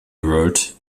world